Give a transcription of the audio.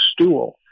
stool